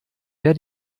wer